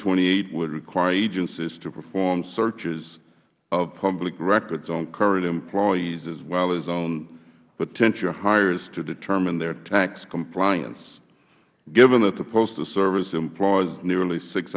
twenty eight would require agencies to perform searches of public records on current employees as well as on potential hires to determine their tax compliance given that the postal service employs nearly six